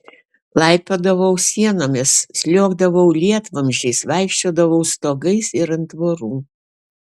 laipiodavau sienomis sliuogdavau lietvamzdžiais vaikščiodavau stogais ir ant tvorų